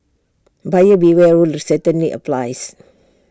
buyer beware rule certainly applies